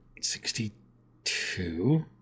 Sixty-two